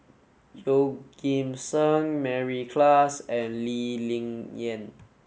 Yeoh Ghim Seng Mary Klass and Lee Ling Yen